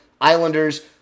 Islanders